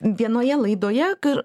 vienoje laidoje kur